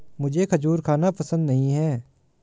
मुझें खजूर खाना पसंद नहीं है